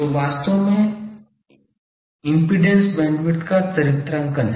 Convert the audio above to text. तो वास्तव में इम्पीडेन्स बैंडविड्थ का चरित्रांकन है